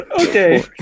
Okay